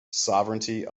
sovereignty